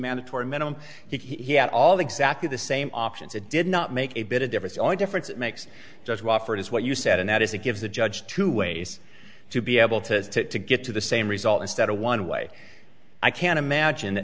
mandatory minimum he had all the exactly the same options it did not make a bit of difference only difference it makes judge wofford is what you said and that is it gives the judge two ways to be able to to get to the same result instead of one way i can imagine